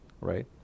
right